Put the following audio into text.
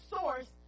source